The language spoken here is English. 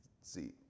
See